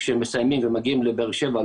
שמסיימים ומגיעים לבאר שבע,